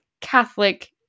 Catholic